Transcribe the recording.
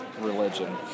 religion